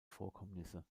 vorkommnisse